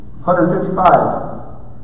155